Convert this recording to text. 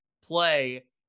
play